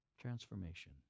transformation